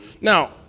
Now